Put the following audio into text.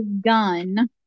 gun